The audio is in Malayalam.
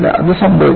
അത് സംഭവിക്കാം